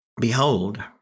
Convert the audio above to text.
Behold